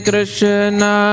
Krishna